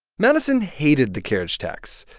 madison hated the carriage tax,